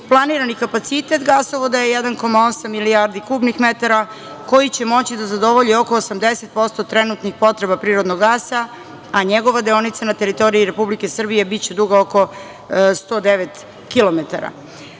Planirani kapacitet gasovoda je 1,8 milijardi kubnih metara, koji će moći da zadovolji oko 80% trenutnih potreba prirodnog gasa, a njegova deonica na teritoriji Republike Srbije biće duga oko 109